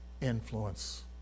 influence